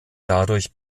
dadurch